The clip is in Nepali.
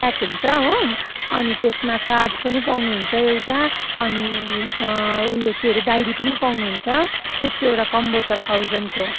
प्याक हुन्छ हो अनि त्यसमा कार्ड पनि पाउनुहुन्छ एउटा अनि उयो के अरे डायरी पनि पाउनुहुन्छ त्यसको एउटा कम्बो छ थाउजन्डको